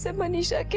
and manisha?